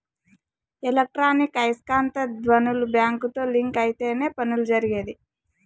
electronic ఐస్కాంత ధ్వనులు బ్యాంకుతో లింక్ అయితేనే పనులు జరిగేది